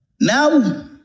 Now